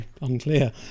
unclear